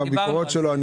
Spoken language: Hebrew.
הביקורות שלו,